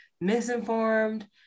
misinformed